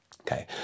okay